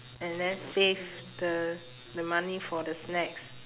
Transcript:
and then save the the money for the snacks